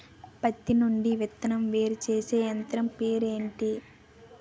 పత్తి నుండి విత్తనం వేరుచేసే యంత్రం పేరు ఏంటి